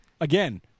Again